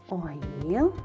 oil